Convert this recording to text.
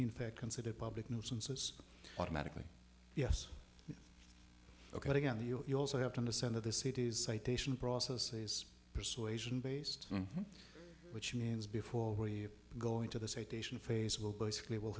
in fact considered public nuisances automatically yes ok again the you also have to understand that the city's citation process is persuasion based which means before you go into the say taishan phase will basically will